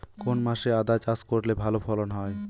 কোন মাসে আদা চাষ করলে ভালো ফলন হয়?